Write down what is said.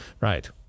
Right